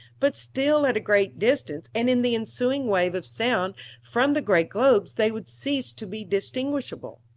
but still at a great distance, and in the ensuing wave of sound from the great globes they would cease to be distinguishable.